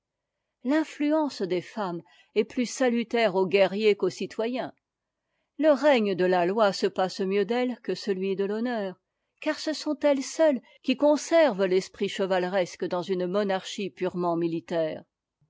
l'intluence des femmes est plus salutaire aux guerriers qu'aux citoyens le règne de la loi se passe mieux d'elles que celui de l'honneur car ce sont elles qui conservent l'esprit chevaleresque dans une monarchie purement militaire